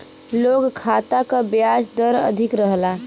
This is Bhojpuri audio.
लोन खाता क ब्याज दर अधिक रहला